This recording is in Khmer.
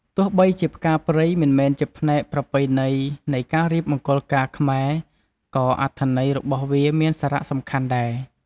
ទោះបីជាផ្កាព្រៃមិនមែនជាផ្នែកប្រពៃណីនៃការរៀបមង្គលការខ្មែរ ក៏អត្ថន័យរបស់វាមានសារៈសំខាន់ដែរ។